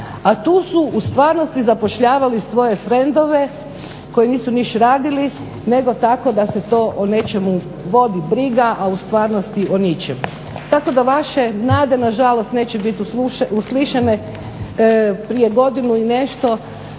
a tu su u stvarnosti zapošljavali svoje frendove koji nisu ništa radili nego tako da se to o nečemu vodi briga, a u stvarnosti o ničemu. Tako da vaše nade neće biti uslišene, prije godinu i nešto,